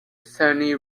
sunny